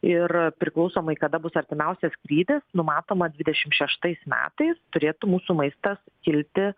ir priklausomai kada bus artimiausias skrydis numatomas dvidešim šeštais metais turėtų mūsų maistas kilti